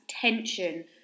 tension